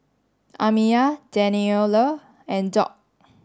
Amiyah Daniele and Doc